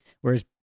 whereas